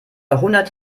hundert